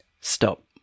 Stop